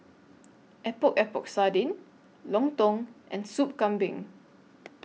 Epok Epok Sardin Lontong and Soup Kambing